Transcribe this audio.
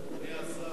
אדוני השר,